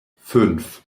fünf